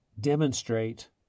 demonstrate